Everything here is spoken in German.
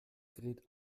gerät